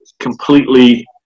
completely